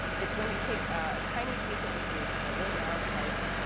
it's when you take a tiny piece of the solution, and a really narrow slice,